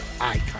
icon